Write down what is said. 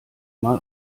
mal